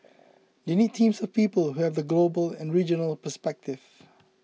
they need teams of people who have the global and regional perspective